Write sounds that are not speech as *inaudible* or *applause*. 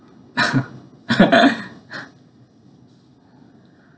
*laughs*